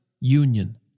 union